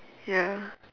ya